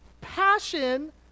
passion